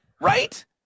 Right